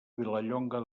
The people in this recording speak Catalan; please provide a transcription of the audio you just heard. vilallonga